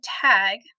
tag